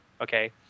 Okay